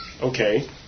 Okay